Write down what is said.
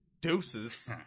Deuces